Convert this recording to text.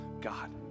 God